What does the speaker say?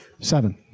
seven